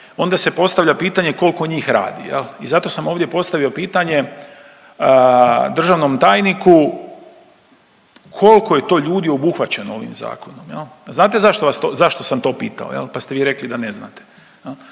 onda se postavlja pitanje koliko njih radi. I zato sam ovdje postavio pitanje državnom tajniku, koliko je to ljudi obuhvaćeno ovim zakonom. A znate zašto vas to, zašto sam to pitao pa ste vi rekli da ne znate?